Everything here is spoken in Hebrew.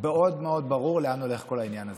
מאוד מאוד ברור לאן הולך כל העניין הזה.